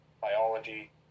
biology